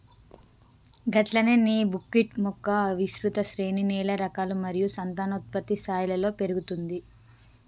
గట్లనే నీ బుక్విట్ మొక్క విస్తృత శ్రేణి నేల రకాలు మరియు సంతానోత్పత్తి స్థాయిలలో పెరుగుతుంది